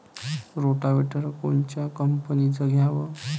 Rotavator कोनच्या कंपनीचं घ्यावं?